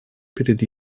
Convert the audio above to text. перед